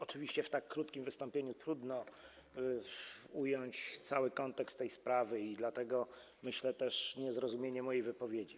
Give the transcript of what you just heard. Oczywiście w tak krótkim wystąpieniu trudno ująć cały kontekst tej sprawy i stąd, myślę, też to niezrozumienie mojej wypowiedzi.